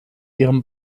ihrem